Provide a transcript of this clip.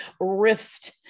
rift